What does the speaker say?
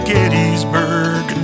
Gettysburg